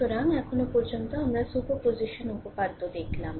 সুতরাং এখন পর্যন্ত আমরা সুপারপজিশন উপপাদ্য দেখলাম